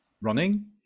running